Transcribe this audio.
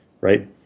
Right